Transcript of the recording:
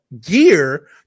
gear